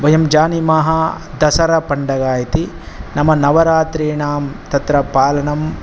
वयं जानीमः दशरपण्डग इति नाम नवरात्रीणां तत्र पालनं